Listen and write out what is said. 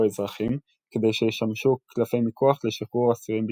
או אזרחים כדי שישמשו קלפי מיקוח לשחרור אסירים ביטחוניים.